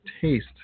taste